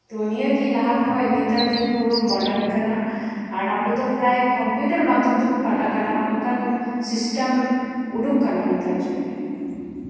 ᱛᱚ ᱱᱤᱭᱟᱹᱜᱮ ᱞᱟᱦᱟᱠᱷᱚᱡ ᱱᱮᱛᱟᱨ ᱡᱩᱜᱽ ᱯᱩᱨᱟᱹ ᱢᱚᱰᱟᱨᱱ ᱠᱟᱱᱟ ᱟᱨ ᱟᱵᱚ ᱫᱚ ᱯᱨᱟᱭ ᱠᱚᱢᱯᱤᱭᱩᱴᱟᱨ ᱢᱟᱫᱽᱫᱷᱚᱢ ᱛᱮᱵᱚᱱ ᱯᱟᱲᱦᱟᱜ ᱠᱟᱱᱟ ᱚᱱᱠᱟᱱ ᱥᱤᱥᱴᱮᱢ ᱩᱰᱩᱠ ᱠᱟᱱᱟ ᱱᱮᱛᱟᱨ ᱡᱩᱜᱽ ᱨᱮ